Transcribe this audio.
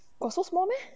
oh so small meh